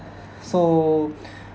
so